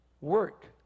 work